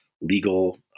legal